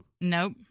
Nope